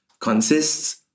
consists